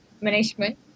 management